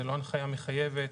זה לא המלצה מחייבת,